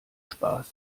spaß